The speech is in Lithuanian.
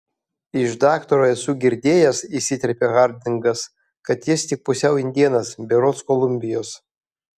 iš daktaro esu girdėjęs įsiterpia hardingas kad jis tik pusiau indėnas berods kolumbijos